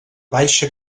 baixa